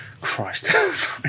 Christ